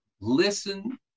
listen